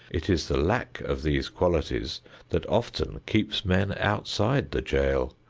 it is the lack of these qualities that often keeps men outside the jail.